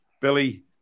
Billy